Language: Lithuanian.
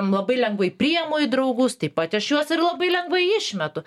labai lengvai priimu į draugus taip pat aš juos ir labai lengvai išmetu